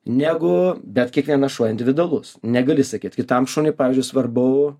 negu bet kiekvienas šuo individualus negali sakyt kitam šuniui pavyzdžiui svarbu